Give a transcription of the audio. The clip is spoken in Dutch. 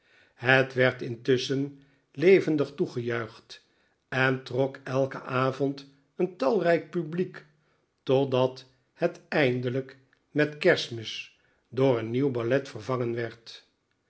het werd intusschen levendig toegejuicht en trok elken avond een talrijk publiek totdat het eindelijk met kerstmis door een nieuw ballet vervangen werd